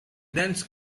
dense